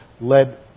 led